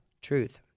Truth